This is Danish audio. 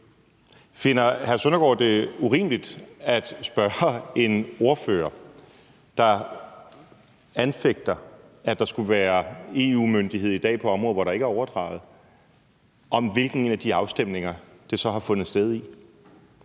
Søren Søndergaard det urimeligt at spørge en ordfører, der anfægter, at der skulle være EU-myndighed i dag på områder, hvor der ikke er overdraget, om, hvilken af de afstemninger det så har fundet sted i?